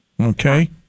Okay